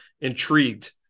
intrigued